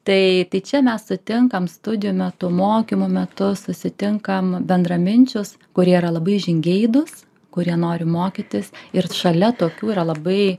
tai čia mes sutinkam studijų metu mokymų metu susitinkam bendraminčius kurie yra labai žingeidūs kurie nori mokytis ir šalia tokių yra labai